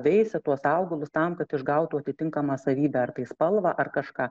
veisia tuos augalus tam kad išgautų atitinkamą savybę ar tai spalvą ar kažką